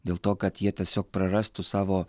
dėl to kad jie tiesiog prarastų savo